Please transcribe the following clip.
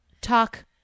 Talk